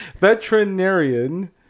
veterinarian